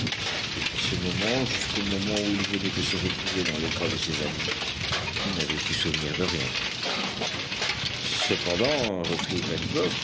depuis ce moment jusqu'au moment où il venait de se retrouver dans les bras de ses amis il n'avait plus souvenir de rien cependant reprit